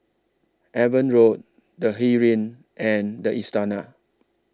Avon Road The Heeren and The Istana